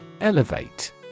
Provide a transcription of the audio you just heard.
elevate